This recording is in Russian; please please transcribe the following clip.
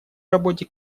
работе